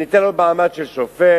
וניתן לו מעמד של שופט,